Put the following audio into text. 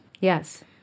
Yes